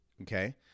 okay